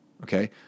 Okay